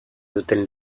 duten